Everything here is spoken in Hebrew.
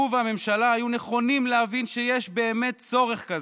והוא והממשלה היו נכונים להבין שיש באמת צורך כזה,